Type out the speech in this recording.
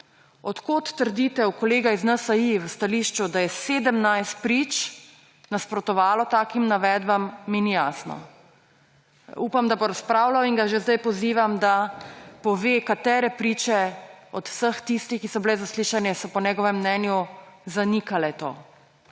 Odkod trditev kolega iz NSi v stališču, da je 17 prič nasprotovalo takim navedbam, mi ni jasno. Upam, da bo razpravljal, in ga že sedaj pozivam, da pove, katere priče od vseh tistih, ki so bile zaslišane, so po njegovem mnenju zanikale to.